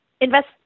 invest